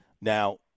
Now